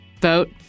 vote